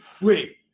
wait